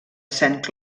saint